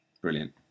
Brilliant